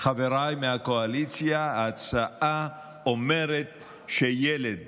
חברי מהקואליציה: ההצעה אומרת שילד